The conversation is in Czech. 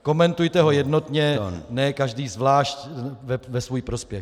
Komentujte ho jednotně, ne každý zvlášť ve svůj prospěch.